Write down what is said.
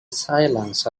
silence